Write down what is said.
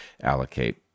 allocate